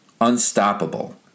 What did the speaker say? unstoppable